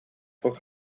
for